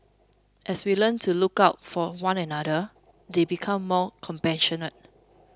as they learn to look out for one another they become more compassionate